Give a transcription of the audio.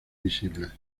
visibles